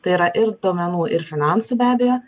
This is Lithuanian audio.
tai yra ir duomenų ir finansų be abejo